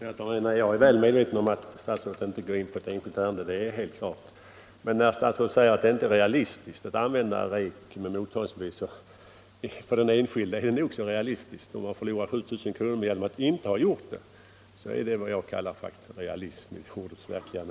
Herr talman! Jag är medveten om att statsrådet inte här kan gå in på ett enskilt ärende. Men han säger att det inte är en realistisk lösning att be den enskilde använda sig av rekommenderad försändelse med mottagningsbevis. Då vill jag säga att det är nog så realistiskt, om man förlorar 7 000 kr. genom att inte göra det. Det är vad jag kallar realism.